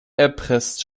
erpresst